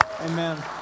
Amen